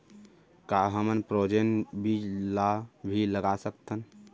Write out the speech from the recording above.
का हमन फ्रोजेन बीज ला भी लगा सकथन?